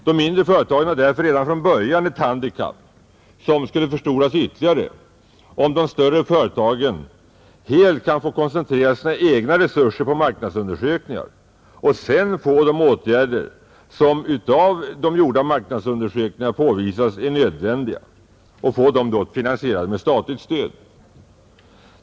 De mindre företagen har därför redan från början ett handikapp, som skulle förstoras ytterligare om de större företagen helt kunde få koncentrera sina egna resurser på marknadsundersökningar och sedan få de åtgärder, som av de gjorda marknadsundersökningarna påvisas vara nödvändiga, finansierade med statligt stöd.